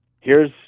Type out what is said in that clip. heres